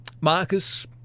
Marcus